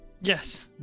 Yes